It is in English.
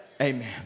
Amen